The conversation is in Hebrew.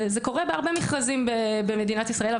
זה קורה בהרבה מכרזים במדינת ישראל,